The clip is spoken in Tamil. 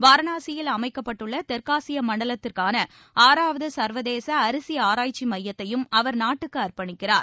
வாரணாசியில் அமைக்கப்பட்டுள்ள தெற்காசிய மண்டலத்திற்கான ஆறாவது சா்வதேச அரிசி ஆராய்ச்சி மையத்தையும் அவர் நாட்டுக்கு அர்ப்பணிக்கிறார்